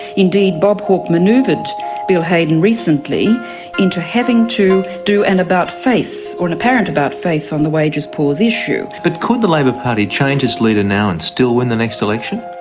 indeed, bob hawke manoeuvred bill hayden recently into having to do an and about-face or an apparent about-face on the wages pause issue. but could the labor party change its leader now and still win the next election?